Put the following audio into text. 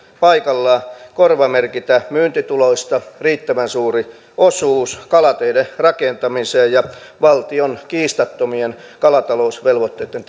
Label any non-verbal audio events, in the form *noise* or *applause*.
paikallaan korvamerkitä myyntituloista riittävän suuri osuus kalateiden rakentamiseen ja valtion kiistattomien kalatalousvelvoitteitten *unintelligible*